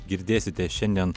girdėsite šiandien